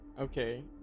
Okay